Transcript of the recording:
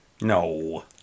No